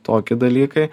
toki dalykai